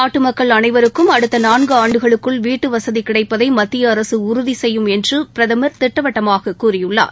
நாட்டு மக்கள் அனைவருக்கும் அடுத்த நான்கு ஆண்டுகளுக்குள் வீட்டுவசதி கிடைப்பதை மத்திய அரசு உறுதி செய்யும் என்று பிரதமா் திட்டவட்டமாக கூறியுள்ளார்